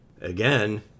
Again